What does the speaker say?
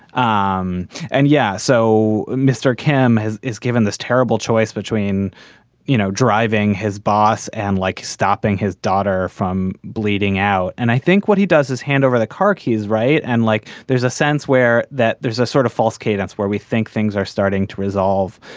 um and yeah. so mr. kim is given this terrible choice between you know driving his boss and like stopping his daughter from bleeding out. and i think what he does is hand over the car keys right. and like there's a sense where that there's a sort of false key that's where we think things are starting to resolve.